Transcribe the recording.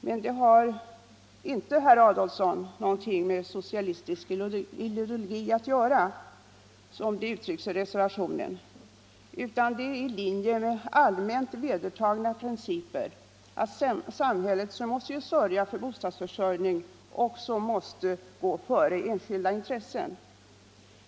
Men det har inte, herr Adolfsson, någonting med socialistisk ideologi att göra, som det uttrycks i reservationen, utan det är i linje med allmänt vedertagna principer att samhället, som måste svara för bostadsförsörjningen, också måste gå före enskilda intressen.